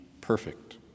perfect